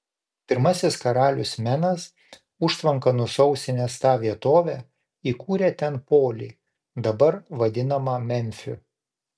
pirmasis karalius menas užtvanka nusausinęs tą vietovę įkūrė ten polį dabar vadinamą memfiu